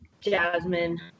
Jasmine